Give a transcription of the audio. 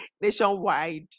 Nationwide